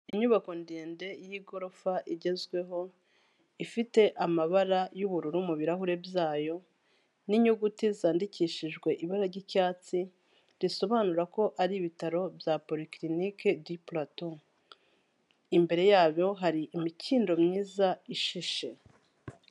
Inyubako ndende y'igorofa igezweho ifite amabara y'ubururu mu birarahure byayo n'inyuguti zandikishijwe ibara ry'icyatsi risobanura ko ari ibitaro bya polikirinike di palato imbere yabyo hari imikindo myiza ishishe.